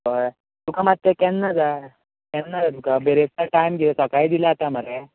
कळ्ळें तुका मात ते केन्ना जाय केन्ना जाय तुका बिरेस्तार काय सकाळी दिल्यार जाता मरे